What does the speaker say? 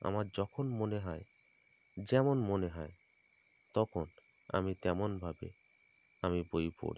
আমার যখন মনে হয় যেমন মনে হয় তখন আমি তেমনভাবে আমি বই পড়ি